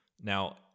Now